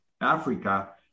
Africa